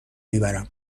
میبرم